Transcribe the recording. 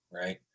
right